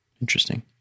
Interesting